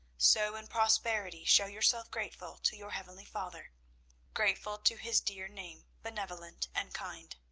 so in prosperity show yourself grateful to your heavenly father grateful to his dear name, benevolent and kind.